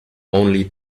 only